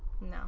No